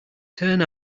turn